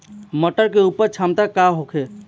मटर के उपज क्षमता का होखे?